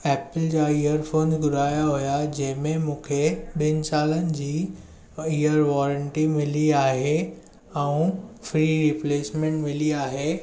Apple जा earphone घुराया हुआ जंहिंमें मूंखे ॿिन सालनि जी इयर वारंटी मिली आहे ऐं फ्री रिप्लेसमेंट मिली आहे